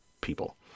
people